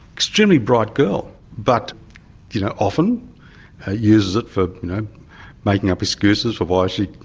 extremely bright girl. but you know often ah uses it for making up excuses for why she